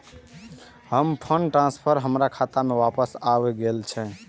हमर fund transfer हमर खाता में वापस आब गेल या